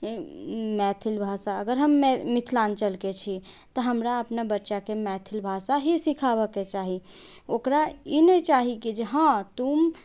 मैथिल भाषा अगर हम मिथिलाञ्चलके छी तऽ हमरा अपना बच्चाके मैथिल भाषा ही सीखाबऽके चाही ओकरा ई नहि चाही की हँ तुम